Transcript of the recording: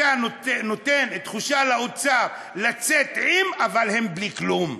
אתה נותן תחושה לאוצר, לצאת עם, אבל הם בלי כלום,